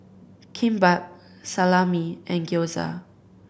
Kimbap Salami and Gyoza